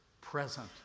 present